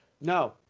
No